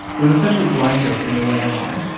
it was essentially grindr for your landline.